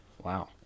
Wow